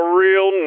real